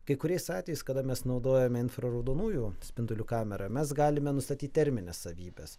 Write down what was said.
kai kuriais atvejais kada mes naudojame infraraudonųjų spindulių kamerą mes galime nustatyt termines savybes